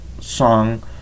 song